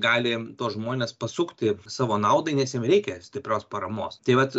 gali tuos žmones pasukti savo naudai nes jiem reikia stiprios paramos tai vat